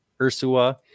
Ursua